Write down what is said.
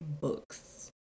books